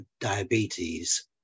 diabetes